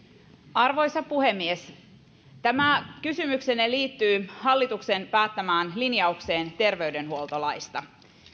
arvoisa puhemies tämä kysymyksenne liittyy hallituksen päättämään linjaukseen terveydenhuoltolaista